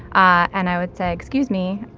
and i would say, excuse me,